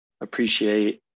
appreciate